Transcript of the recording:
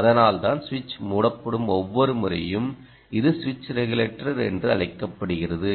அதனால்தான் சுவிட்ச் மூடப்படும் ஒவ்வொரு முறையும் இது சுவிட்ச் ரெகுலேட்டர் என்று அழைக்கப்படுகிறது